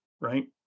right